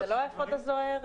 זה לא האפוד הזוהר?